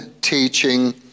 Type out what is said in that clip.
teaching